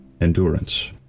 Endurance